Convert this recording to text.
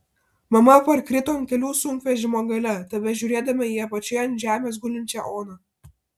mama parkrito ant kelių sunkvežimio gale tebežiūrėdama į apačioje ant žemės gulinčią oną